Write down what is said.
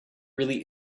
really